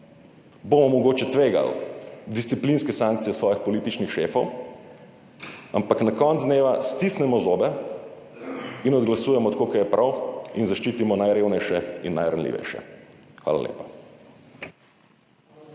bomo mogoče tvegali disciplinske sankcije svojih političnih šefov, ampak na koncu dneva stisnemo zobe in glasujemo tako, kot je prav, in zaščitimo najrevnejše in najranljivejše. Hvala lepa.